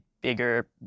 bigger